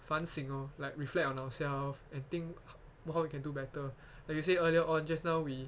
反省 orh like reflect on ourselves and think about how we can do better like you said earlier on just now we